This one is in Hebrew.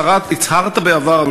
הצהרת בעבר,